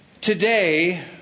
Today